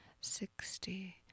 sixty